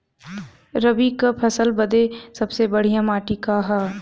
रबी क फसल बदे सबसे बढ़िया माटी का ह?